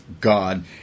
God